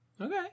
Okay